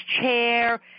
chair